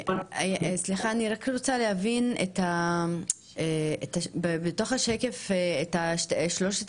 אני רק רוצה להבין בתוך השקף את שלושת